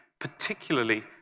particularly